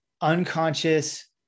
unconscious